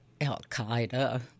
Al-Qaeda